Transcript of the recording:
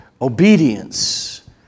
obedience